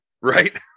Right